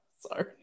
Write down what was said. Sorry